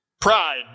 pride